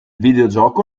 videogioco